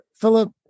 Philip